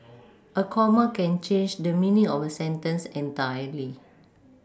a comma can change the meaning of a sentence entirely